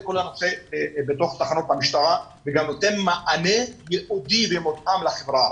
כל הנושא בתוך תחנות המשטרה וגם נותן מענה ייעודי לחברה